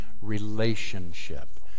relationship